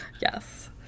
Yes